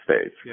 States